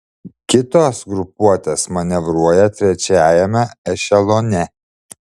kitos grupuotės manevruoja trečiajame ešelone